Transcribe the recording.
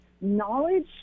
knowledge